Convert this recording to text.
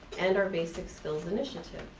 and our basic skills initiative.